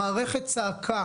מערכת הצעקה